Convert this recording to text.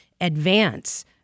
advance